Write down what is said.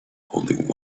holding